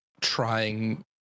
trying